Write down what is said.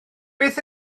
beth